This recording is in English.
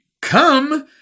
come